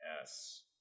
Yes